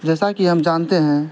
جیسا کہ ہم جانتے ہیں